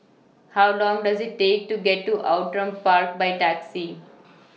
How Long Does IT Take to get to Outram Park By Taxi